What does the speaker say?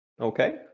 Okay